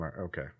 Okay